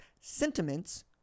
sentiments